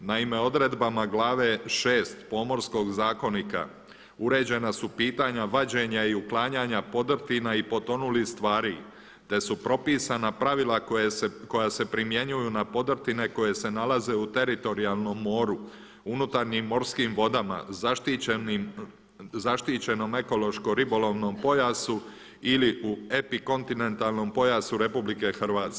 Naime, odredbama glave 6 Pomorskog zakonika uređena su pitanja vađenja i uklanjanja podrtina i potonulih stvari, te su propisana pravila koja se primjenjuju na podrtine koje se nalaze u teritorijalnom moru, unutarnjim morskim vodama zaštićenom ekološko-ribolovnom pojasu ili u epikontinentalnom pojasu RH.